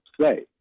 say